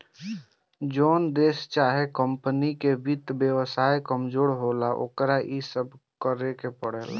जोन देश चाहे कमपनी के वित्त व्यवस्था कमजोर होला, ओकरा इ सब करेके पड़ेला